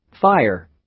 Fire